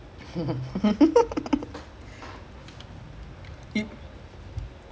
then taro put through full time four zeros then now right you put